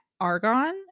Argon